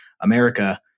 America